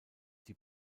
die